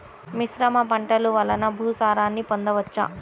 మిశ్రమ పంటలు వలన భూసారాన్ని పొందవచ్చా?